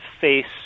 face